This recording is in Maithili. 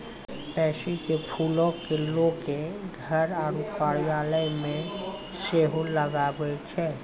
पैंसी के फूलो के लोगें घर आरु कार्यालय मे सेहो लगाबै छै